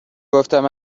گفتم